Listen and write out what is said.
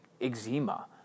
eczema